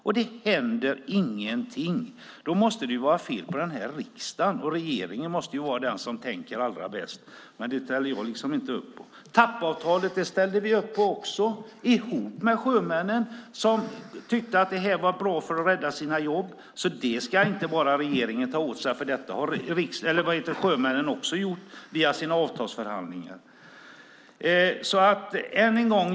Och det händer ingenting. Då måste det vara fel på den här riksdagen. Regeringen måste vara den som tänker allra bäst. Men det ställer jag inte upp på. TAP-avtalet ställde vi upp på ihop med sjömännen som tyckte att det var bra för att rädda deras jobb. Det ska inte bara regeringen ta åt sig, för detta har sjömännen också gjort via sina avtalsförhandlingar.